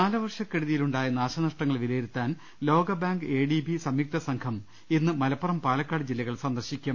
കാലവർഷ്ക്കെടുതിയിലുണ്ടായ നാശനഷ്ടങ്ങൾ വിലയിരു ത്താൻ ലോകബാങ്ക് എഡിബി സംയുക്തസംഘം ഇന്ന് മലപ്പുറം പാലക്കാട് ജില്ലകൾ സന്ദർശിക്കും